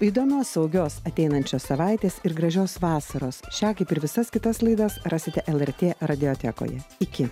įdomios saugios ateinančios savaitės ir gražios vasaros šią kaip ir visas kitas laidas rasite lrt radiotekoje iki